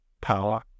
power